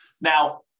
Now